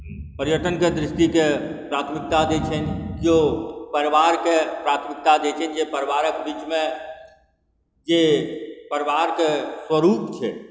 पर्यटनके दृष्टिकेँ प्राथमिकता दैत छनि किओ परिवारकेँ प्राथिमिकता दैत छथि जे परिवारक बीचमे जे परिवारके स्वरूप छै